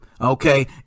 okay